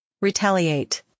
retaliate